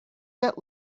that